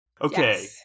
okay